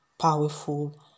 powerful